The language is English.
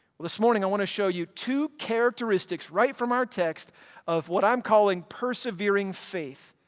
well this morning, i want to show you two characteristics right from our text of what i'm calling persevering faith,